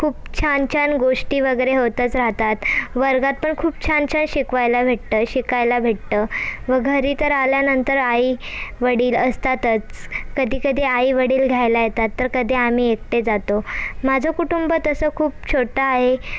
खूप छान छान गोष्टी वगैरे होतच राहतात वर्गात पण खूप छान छान शिकवायला भेटतं शिकायला भेटतं व घरी तर आल्यानंतर आई वडील असतातच कधीकधी आई वडील घ्यायला येतात तर कधी आम्ही एकटे जातो माझं कुटुंब तसं खूप छोटं आहे